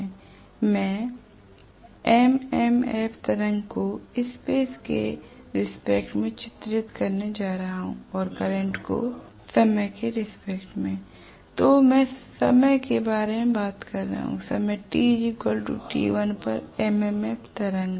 मैं M M F तरंग को स्पेस के रिस्पेक्ट में चित्रित करने जा रहा हू और करंट को समय के रिस्पेक्ट में l तो मैं समय के बारे में बात कर रहा हूं समय t t1पर MMF तरंग है